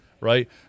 right